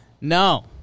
no